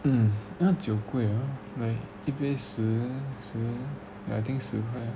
嗯那酒贵 like 一杯十十 I think 十块啊